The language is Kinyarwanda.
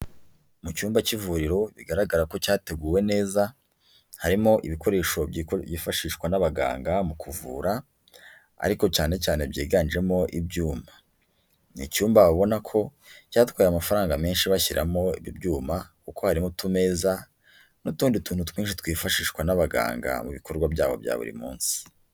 Mu cyumba cy'ivuriro, bigaragara ko cyateguwe neza, harimo ibikoresho byifashishwa n'abaganga mu kuvura ariko cyane cyane byiganjemo ibyuma. Ni icyumba ubabona ko cyatwaye amafaranga menshi bashyiramo ibyuma kuko harimo utumeza n'utundi tuntu twinshi twifashishwa n'abaganga mu bikorwa byabo bya buri munsi.